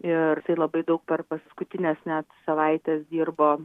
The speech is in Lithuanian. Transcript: ir tai labai daug per paskutines net savaites dirbo